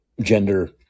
gender